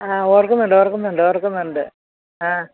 ആ ഓർക്കുന്നുണ്ട് ഓർക്കുന്നുണ്ട് ഓർക്കുന്നുണ്ട് ആ